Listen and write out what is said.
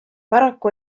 paraku